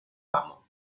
amo